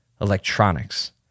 electronics